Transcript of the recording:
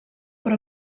però